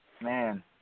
man